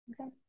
Okay